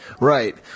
Right